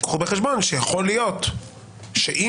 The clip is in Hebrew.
שתיקחו בחשבון שיכול להיות שאם